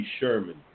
Sherman